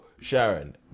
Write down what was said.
Sharon